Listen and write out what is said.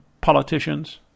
politicians